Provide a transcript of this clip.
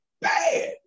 bad